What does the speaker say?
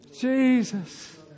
Jesus